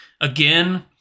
Again